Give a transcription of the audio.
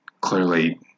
clearly